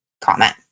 comment